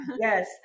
Yes